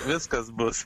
viskas bus